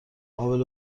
قابل